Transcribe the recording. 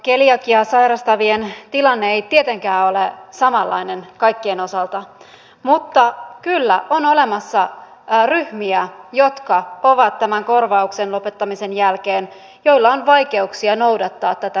keliakiaa sairastavien tilanne ei tietenkään ole samanlainen kaikkien osalta mutta kyllä on olemassa ryhmiä joilla on tämän korvauksen lopettamisen jälkeen vaikeuksia noudattaa tätä ruokavaliota